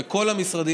וכל המשרדים,